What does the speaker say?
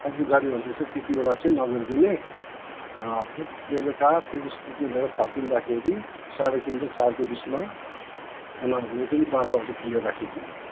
अरू गाडीहरू चाहिँ त्यति बेला चाहिँ नलागिदिने बेलुका फेरि स्टुडेन्टहरू फर्किँदाखेरि साढे तिन र चारको बिचमा उनीहरूले पनि बाटो अलिक क्लियर राखिदिने